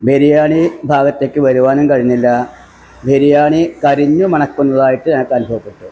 ബിരിയാണി ഭാഗത്തേക്ക് വരുവാനും കഴിഞ്ഞില്ല ബിരിയാണി കരിഞ്ഞ് മണക്കുന്നതായിട്ട് ഞങ്ങൾക്ക് അനുഭവപ്പെട്ടു